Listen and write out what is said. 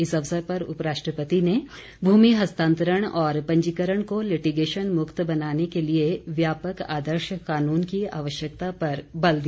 इस अवसर पर उपराष्ट्रपति ने भूमि हस्तांतरण और पंजीकरण को लिटिगेशन मुक्त बनाने के लिए व्यापक आदर्श कानून की आवश्यकता पर बल दिया